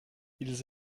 ils